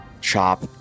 chop